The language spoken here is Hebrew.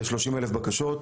כ-30 אלף בקשות,